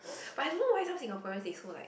but I don't know why some Singaporeans they so like